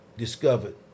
discovered